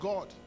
God